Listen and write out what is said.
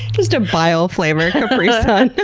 just a bile flavored capri sun.